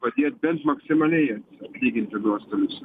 padėt bent maksimaliai atlyginti nuostolius